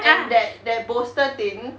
and that that bolster thing